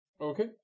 Okay